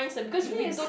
yes